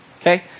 Okay